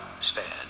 stand